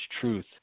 truth